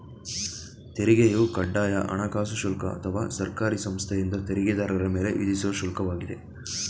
ತೆರಿಗೆಯು ಕಡ್ಡಾಯ ಹಣಕಾಸು ಶುಲ್ಕ ಅಥವಾ ಸರ್ಕಾರಿ ಸಂಸ್ಥೆಯಿಂದ ತೆರಿಗೆದಾರರ ಮೇಲೆ ವಿಧಿಸುವ ಶುಲ್ಕ ವಾಗಿದೆ